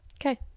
okay